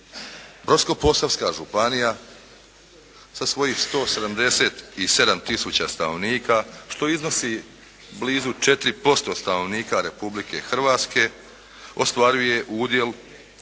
Brodsko-posavska županija sa svojih 177 tisuća stanovnika, što iznosi blizu 4% stanovnika Republike Hrvatske ostvaruje udjel